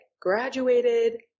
graduated